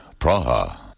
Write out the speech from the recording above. Praha